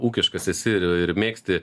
ūkiškas esi ir ir mėgsti